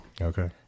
Okay